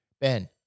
Ben